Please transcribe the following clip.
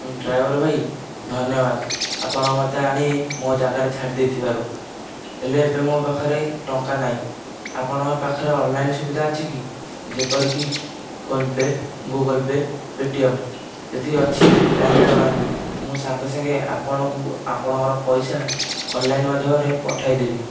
driver ଭାଈ ଧନ୍ୟବାଦ ଆପଣ ମୋତେ ଆଣି ମୋ ଜାଗାରେ ଛାଡ଼ି ଦେଇଥିବାରୁ ହେଲେ ଏବେ ମୋ ପାଖରେ ଟଙ୍କା ନାହିଁ ଆପଣଙ୍କ ପାଖରେ ଅନଲାଇନ୍ ସୁବିଧା ଅଛି କି ଯେପରିକି PhonePe' Google Pay' Paytm ଯଦି ଅଛି ତାହେଲେ ଜଣାନ୍ତୁ ମୁଁ ସାଙ୍ଗେ ସାଙ୍ଗେ ଆପଣଙ୍କୁ ଆପଣଙ୍କର ପଇସା ଅନଲାଇନ୍ ମାଧ୍ୟମରେ ପଠାଇଦେବି